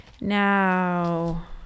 Now